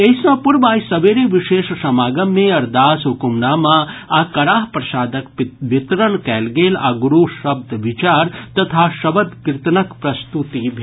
एहि सँ पूर्व आइ सबेरे विशेष समागम मे अरदास हुकूमनामा आ कड़ाह प्रसादक वितरण कयल गेल आ गुरू शब्द विचार तथा शबद कीर्तनक प्रस्तुति भेल